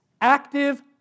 active